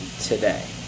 today